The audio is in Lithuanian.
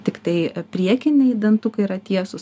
tiktai priekiniai dantukai yra tiesūs